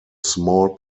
small